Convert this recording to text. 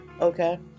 okay